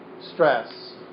stress